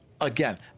Again